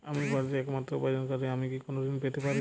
আমি বাড়িতে একমাত্র উপার্জনকারী আমি কি কোনো ঋণ পেতে পারি?